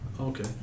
okay